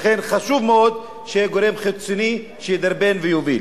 לכן חשוב מאוד שיהיה גורם חיצוני שידרבן ויוביל.